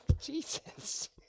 Jesus